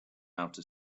outer